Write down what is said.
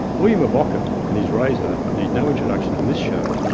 william of ockham and his razor need no introduction on this show.